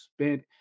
spent